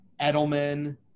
Edelman